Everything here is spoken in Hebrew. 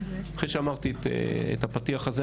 אחרי שאמרתי את הפתיח הזה,